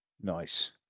Nice